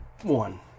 one